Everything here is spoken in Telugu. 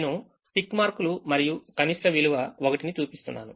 నేను టిక్ మార్కులు మరియు కనిష్ట విలువ 1ని చూపిస్తున్నాను